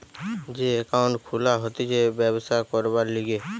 যে একাউন্ট খুলা হতিছে ব্যবসা করবার লিগে